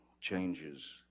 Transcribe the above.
changes